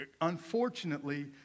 Unfortunately